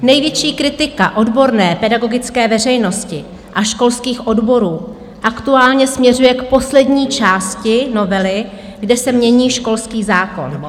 Největší kritika odborné pedagogické veřejnosti a školských odborů aktuálně směřuje k poslední části novely, kde se mění školský zákon.